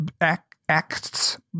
acts